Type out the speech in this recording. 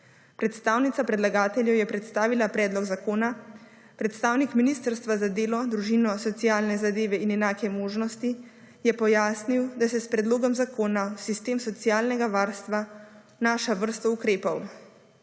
Predstavnica predlagateljev je predstavila predlog zakona. Predstavnik Ministrstva za delo, družino, socialne zadeve in enake možnosti je pojasnil, da se s predlogom zakona v sistem socialnega varstva vnaša vrsto ukrepov.